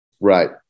Right